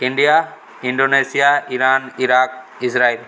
India Indonesia Iran Iraq Israel